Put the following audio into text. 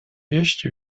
jeść